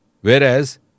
Whereas